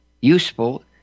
useful